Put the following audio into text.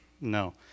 No